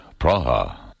Praha